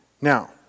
Now